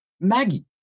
Maggie